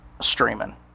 streaming